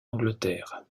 angleterre